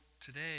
today